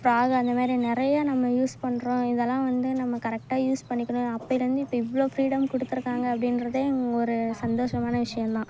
frock அந்தமாதிரி நிறையா நம்ம யூஸ் பண்ணுறோம் இதெல்லாம் வந்து நம்ம கரெக்டாக யூஸ் பண்ணிக்கணும் அப்போயிலேருந்து இப்போது இவ்வளோ ஃப்ரீடம் கொடுத்துருக்காங்க அப்படின்றதே ஒரு சந்தோஷமான விஷயந்தான்